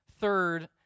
Third